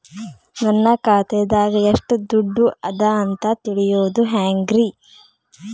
ನನ್ನ ಖಾತೆದಾಗ ಎಷ್ಟ ದುಡ್ಡು ಅದ ಅಂತ ತಿಳಿಯೋದು ಹ್ಯಾಂಗ್ರಿ?